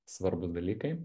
svarbūs dalykai